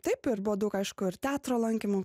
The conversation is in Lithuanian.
taip ir buvo daug aišku ir teatro lankymų